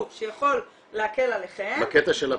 שיכול להקל עליכם --- בקטע של הפינוי.